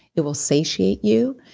it will satiate you,